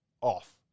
off